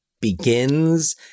begins